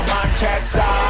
Manchester